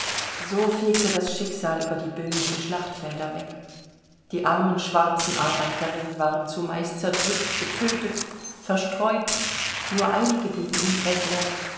so fegte das schicksal über die böhmischen schlachtfelder weg die armen schwarzen arbeiterinnen waren zumeist zerdrückt getötet verstreut nur einige blieben unversehrt